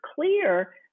clear